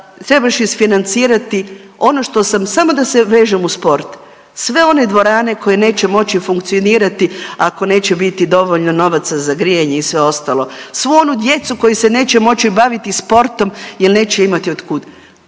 trebaš isfinancirati ono što sam, samo da se vežem uz sport, sve one dvorane koje neće moći funkcionirati ako neće biti dovoljno novaca za grijanje i sve ostalo, svu onu djecu koja se neće moći baviti sportom jel neće imati otkud,